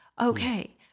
okay